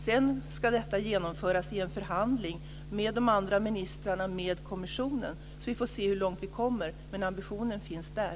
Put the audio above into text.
Sedan ska detta genomföras i en förhandling med de andra ministrarna och med kommissionen. Vi får se hur långt vi kommer, men ambitionen finns där.